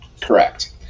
Correct